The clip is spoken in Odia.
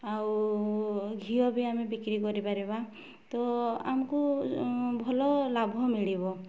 ଆଉ ଘିଅ ବି ଆମେ ବିକ୍ରି କରିପାରିବା ତ ଆମକୁ ଭଲ ଲାଭ ମିଳିବ